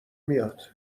میاد